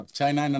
China